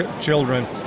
children